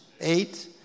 eight